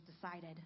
decided